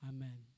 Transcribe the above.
Amen